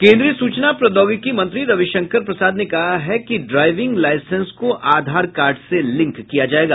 केंद्रीय सूचना प्रौद्योगिकी मंत्री रविशंकर प्रसाद ने कहा है कि ड्राइविंग लाईसेंस को आधार कार्ड से लिंक किया जायेगा